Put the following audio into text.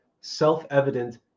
self-evident